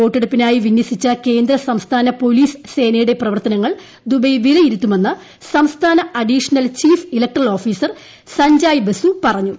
വോട്ടെടുപ്പിനായി വിന്യ സിച്ച കേന്ദ്ര സംസ്ഥാന പോലീസ് സേനയുടെ പ്രവർത്തനങ്ങൽ ദുബെ വിലയിരുത്തുമെന്ന് സംസ്ഥാന additional chief electoral officer Sanjay ബസ്കൂ പ്പർഞ്ഞു